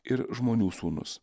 ir žmonių sūnus